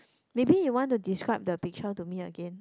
maybe you want to describe the picture to me again